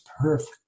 Perfect